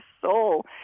soul